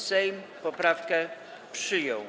Sejm poprawki przyjął.